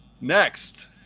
next